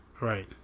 Right